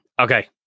okay